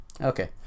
Okay